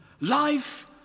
Life